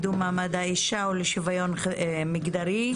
אני פותחת את הישיבה של הוועדה לקידום מעמד האישה ולשוויון מגדרי.